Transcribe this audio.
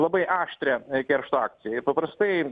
labai aštrią keršto akciją ir paprastai